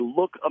look